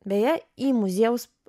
beje į muziejaus